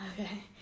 Okay